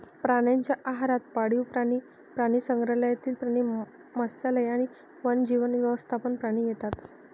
प्राण्यांच्या आहारात पाळीव प्राणी, प्राणीसंग्रहालयातील प्राणी, मत्स्यालय आणि वन्यजीव व्यवस्थापन प्राणी येतात